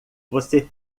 você